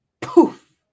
poof